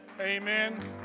Amen